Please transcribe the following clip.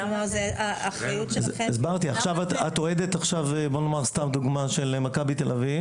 נניח ועכשיו את אוהדת, למשל, את מכבי תל אביב.